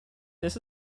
this